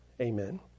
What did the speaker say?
Amen